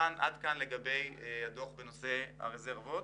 עד כאן לגבי הדוח בנושא הרזרבות.